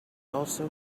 also